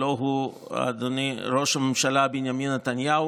הלוא הוא ראש הממשלה בנימין נתניהו,